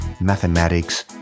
mathematics